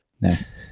Nice